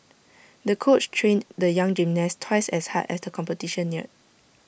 the coach trained the young gymnast twice as hard as the competition neared